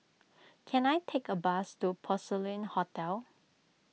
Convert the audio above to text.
can I take a bus to Porcelain Hotel